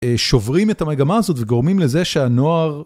שוברים את המגמה הזאת וגורמים לזה שהנוער...